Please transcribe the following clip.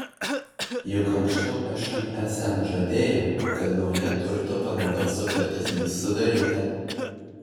juk anksčiau šmsm žadėjo kad nauja turto panaudos sutartis bus sudaryta